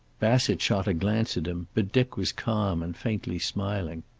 bassett shot a glance at him, but dick was calm and faintly smiling.